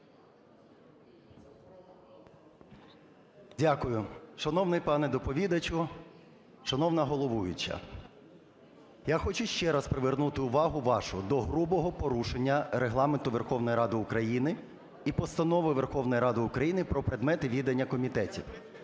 Дякую. Шановний пане доповідачу, шановна головуюча! Я хочу ще раз привернути увагу вашу до грубого порушення Регламенту Верховної Ради України і Постанови Верховної Ради України про предмети відання комітетів.